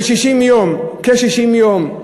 של כ-60 יום,